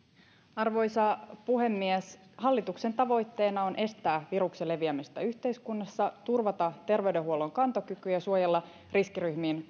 arvoisa puhemies hallituksen tavoitteena on estää viruksen leviämistä yhteiskunnassa turvata terveydenhuollon kantokyky ja suojella riskiryhmiin